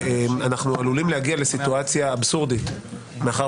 אנחנו עלולים להגיע לסיטואציה אבסורדית מאחר